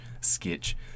sketch